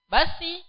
Basi